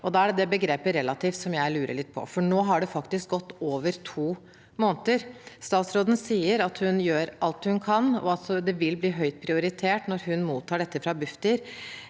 Da er det begrepet «relativt» jeg lurer litt på, for nå har det faktisk gått over to måneder. Statsråden sier at hun gjør alt hun kan, og at det vil bli høyt prioritert når hun mottar dette fra Bufdir.